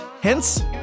Hence